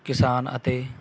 ਕਿਸਾਨ ਅਤੇ